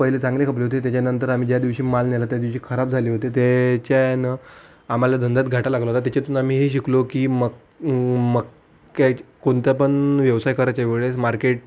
पहिले चांगले खपले होते त्याच्यानंतर आम्ही ज्या दिवशी माल नेला त्या दिवशी खराब झाले होते ते त्याच्यानं आम्हाला धंद्यात घाटा लागला होता त्याच्यातून आम्ही हे शिकलो की म मक्या मका कोणता पण व्यवसाय करायच्या वेळेस मार्केट